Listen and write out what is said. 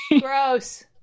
Gross